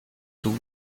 too